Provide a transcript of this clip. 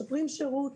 משפרים שירות,